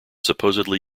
supposedly